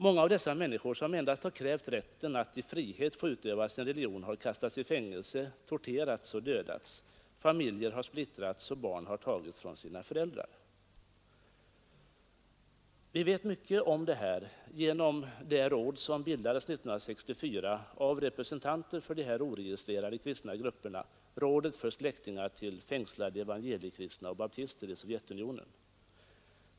Många av dessa människor som endast har krävt rätten att i frihet få utöva sin religion har kastats i fängelse, torterats och dödats. Familjer har splittrats och barn har tagits från sina föräldrar. Vi vet mycket om det här genom det råd som bildades 1964 av representanter för de oregistrerade kristna samfunden, Rådet för släktingar till fängslade evangeliekristna och baptister i Sovjetunionen.